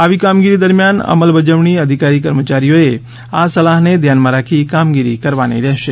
આવી કામગીરી દરમિયાન અમલ બજવણી અધિકારી કર્મયારીઓએ આ સલાહને ધ્યાનમાં રાખી કામગીરી કરવાની રહેશે